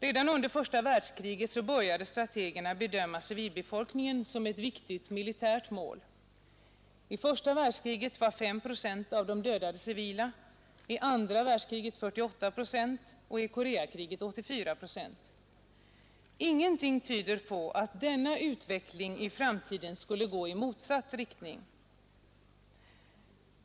Redan under det första världskriget började strategerna Måndagen den bedöma civilbefolkningen som ett viktigt militärt mål. I det kriget var 5 29 maj 1972 procent av de dödade civila, i andra världskriget 48 procent och i Koreakriget 84 procent. Ingenting tyder på att denna utveckling i framtiden skulle gå i motsatt riktning.